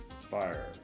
fire